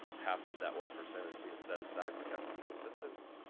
half of that one percent is being set aside for technical assistance,